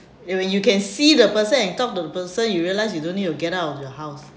and when you can see the person and talk to the person you realise you don't need to get out of your house